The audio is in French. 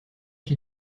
qui